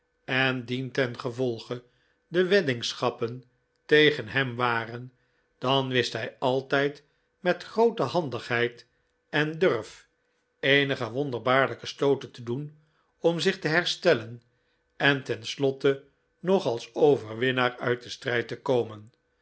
en dientengevolge de weddingschappen tegen hem waren dan wist hij altijd met groote handigheid en durf eenige wonderbaarlijke stooten te doen om zich te herstellen en ten slotte nog als overwinnaar uit den strijd te komen